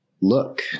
look